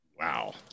wow